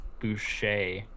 Boucher